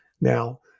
Now